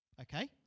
Okay